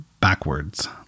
backwards